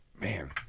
man